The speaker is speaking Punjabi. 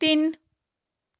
ਤਿੰਨ